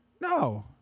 No